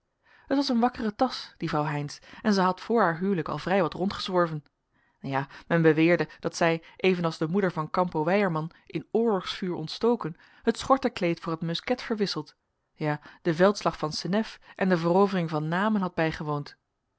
het was een wakkere tas die vrouw heynsz en zij had voor haar huwelijk al vrij wat rondgezworven ja men beweerde dat zij evenals de moeder van campo weyerman in oorlogsvuur ontstoken het schortekleed voor het musket verwisseld ja den veldslag van senef en de verovering van namen had bijgewoond